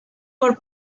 por